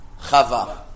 Chava